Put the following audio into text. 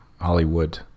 Hollywood